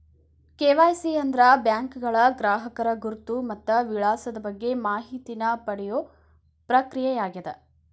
KYC ಅಂದ್ರ ಬ್ಯಾಂಕ್ಗಳ ಗ್ರಾಹಕರ ಗುರುತು ಮತ್ತ ವಿಳಾಸದ ಬಗ್ಗೆ ಮಾಹಿತಿನ ಪಡಿಯೋ ಪ್ರಕ್ರಿಯೆಯಾಗ್ಯದ